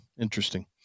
Interesting